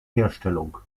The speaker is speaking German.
herstellung